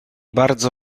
bardzo